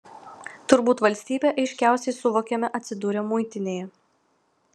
turbūt valstybę aiškiausiai suvokiame atsidūrę muitinėje